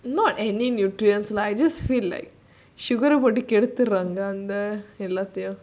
not any nutrients lah I just feel like sugar போட்டுகெடுத்துடறாங்கஅந்த:potu keduthudranga andha